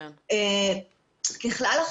ככלל,